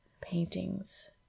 paintings